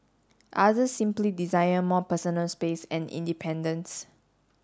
others simply desire more personal space and independence